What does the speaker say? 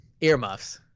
Earmuffs